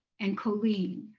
and colleen.